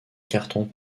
cartons